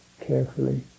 ...carefully